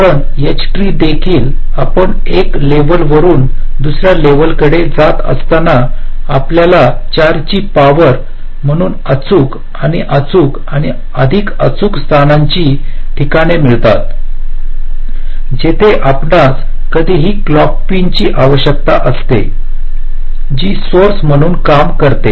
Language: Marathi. कारण एच ट्री देखील आपण एका लेवल वरुन दुसऱ्या लेवल कडे जात असताना आपल्याला 4 ची पॉवर म्हणून अचूक आणि अचूक आणि अधिक अचूक स्थानांची ठिकाणे मिळतात जिथे आपणास कधीही क्लॉक पिन ची आवश्यकता असते जी सोर्स म्हणून काम करते